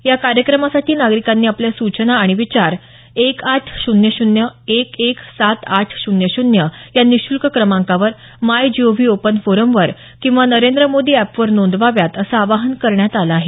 या कार्यक्रमासाठी नागरिकांनी आपल्या सूचना आणि विचार एक आठ शून्य शून्य एक एक सात आठ शून्य शून्य या क्रमांकावर my G O V open forum वर किंवा नरेंद्र मोदी अॅप वर नोंदवाव्यात असं आवाहन करण्यात आलं आहे